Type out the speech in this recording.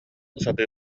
сатыы